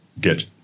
get